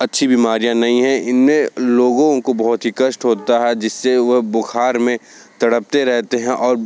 अच्छी बीमारियाँ नहीं हैं इनमें लोगों को बहुत ही कष्ट होता है जिससे वह बुखार में तड़पते रहते हैं और